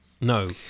No